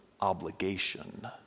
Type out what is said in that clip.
obligation